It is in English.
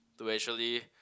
to actually